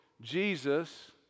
Jesus